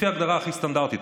לפי ההגדרה הכי סטנדרטית.